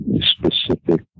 specific